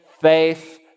faith